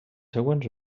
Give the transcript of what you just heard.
següents